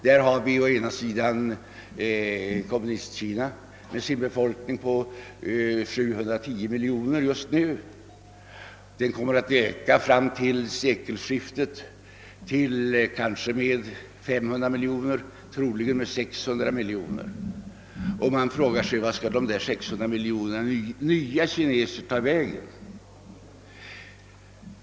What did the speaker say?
Å ena sidan har vi Kommunistkina med en befolkning: på just nu 710 miljoner människor. Den kommer att öka med 500 eller ännu troligare 600 miljoner människor fram till sekelskiftet. Var 'skall dessa 600 miljoner nya kineser ta vägen?